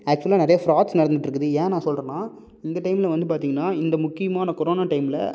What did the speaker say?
ஆக்சுவலாக நிறையா ஃபிராட்ஸ் நடந்துட்டிருக்குது ஏன் நான் சொல்கிறேன்னா இந்த டைமில் வந்து பார்த்தீங்கன்னா இந்த முக்கியமான கொரோனா டைமில்